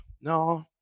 no